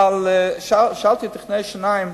שאלתי טכנאי שיניים,